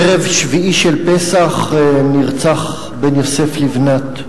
ערב שביעי של פסח נרצח בן יוסף לבנת,